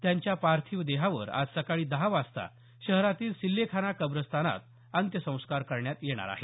त्यांच्या पार्थिव देहावर आज सकाळी दहा वाजता शहरातील सिल्लेखाना कब्रस्तानात अंत्यसंस्कार करण्यात येणार आहेत